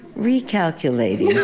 recalculating. yeah